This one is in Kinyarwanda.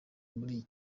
muri